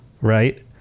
right